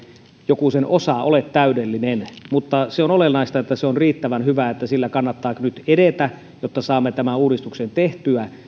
joku sen osa ole täydellinen mutta se on olennaista että se on riittävän hyvä että sillä kannattaa nyt edetä jotta saamme tämän uudistuksen tehtyä